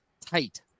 tight